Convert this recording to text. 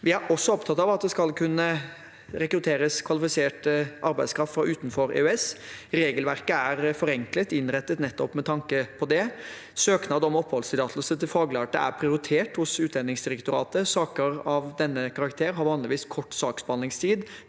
Vi er også opptatt av at det skal kunne rekrutteres kvalifisert arbeidskraft fra utenfor EØS. Regelverket er forenklet og innrettet nettopp med tanke på det. Søknad om oppholdstillatelse til faglærte er prioritert hos Utlendingsdirektoratet. Saker av denne karakter har vanligvis kort saksbehandlingstid,